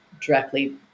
directly